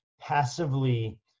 passively